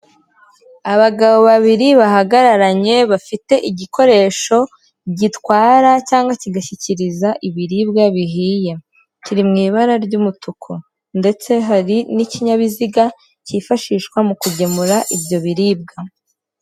Abagabo babiri bahagararanye bafite igioresho gitwara cyangwa kigashyikiriza ibiribwa bihiye. Kiri mu ibara ry'umutuku ndetse hari n'ikinyabiziga kifashishwa mu kugemura ibyo biribwa.